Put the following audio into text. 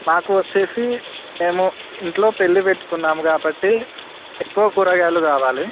మాకు వచ్చేసి మేము ఇంట్లో పెళ్ళి పెట్టుకున్నాము కాబట్టి ఎక్కువ కూరగాయలు కావాలి